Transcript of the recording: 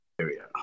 area